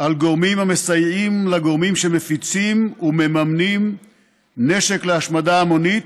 על גורמים המסייעים לגורמים שמפיצים ומממנים נשק להשמדה המונית,